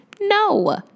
No